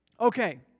Okay